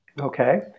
Okay